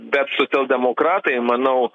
bet socialdemokratai manau